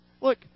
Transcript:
Look